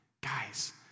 Guys